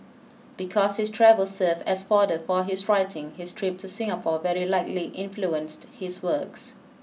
because his travels serve as fodder for his writing his trip to Singapore very likely influenced his works